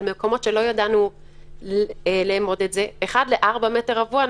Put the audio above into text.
אבל מקומות שלא ידענו לאמוד את זה 4:1 מטר רבוע,